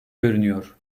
görünüyor